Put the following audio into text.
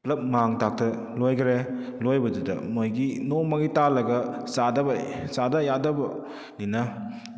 ꯄꯨꯂꯞ ꯃꯥꯡ ꯇꯥꯛꯇꯅ ꯂꯣꯏꯈ꯭ꯔꯦ ꯂꯣꯏꯕꯗꯨꯗ ꯃꯣꯏꯒꯤ ꯅꯣꯡꯃꯒꯤ ꯇꯥꯜꯂꯒ ꯆꯥꯗꯕ ꯆꯥꯗ ꯌꯥꯗꯕꯅꯤꯅ